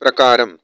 प्रकारं